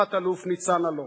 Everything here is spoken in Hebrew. תת-אלוף ניצן אלון.